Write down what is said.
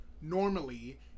Normally